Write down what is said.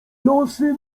losy